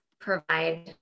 provide